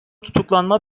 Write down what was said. tutuklanma